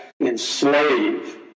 enslave